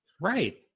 Right